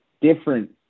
different